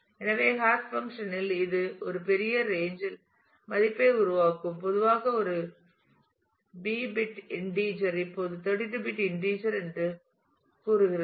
எனவே hash function இல் இது ஒரு பெரிய ரேஞ்ச் இல் மதிப்பை உருவாக்கும் பொதுவாக ஒரு பி பிட் இண்டீஜர் இப்போது 32 பிட் இண்டீஜர் என்று கூறுகிறது